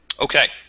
Okay